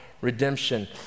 redemption